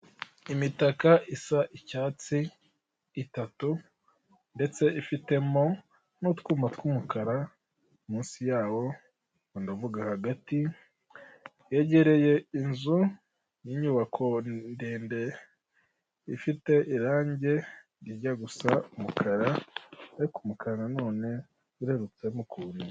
Imitaka isa icyatsi itatu, ndetse ifitemo n'utwuma tw'umukara munsi yawo ubwo ndavuga hagati, yegereye inzu y'inyubako ndende ifite irange rijya gusa umukara ariko umukara nanone werurutsemo ukuntu.